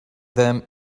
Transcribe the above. them